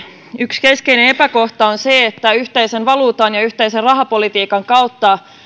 yksi keskeinen epäkohta on se että yhteisen valuutan ja yhteisen rahapolitiikan kautta